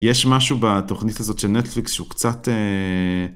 יש משהו בתוכנית הזאת של נטפליקס שהוא קצת...